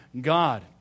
God